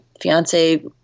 fiance